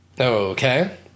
Okay